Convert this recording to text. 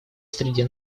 среди